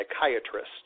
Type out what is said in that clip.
psychiatrist